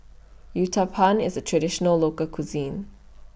Uthapam IS A Traditional Local Cuisine